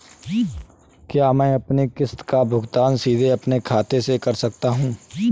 क्या मैं अपनी किश्त का भुगतान सीधे अपने खाते से कर सकता हूँ?